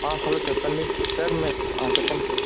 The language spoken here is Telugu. హలో చెప్పండి సార్ మే చెప్పండి సార్